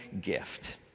gift